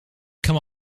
come